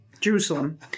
Jerusalem